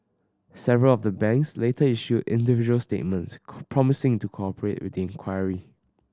several of the banks later issued individual statements promising to cooperate with the inquiry